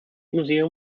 museum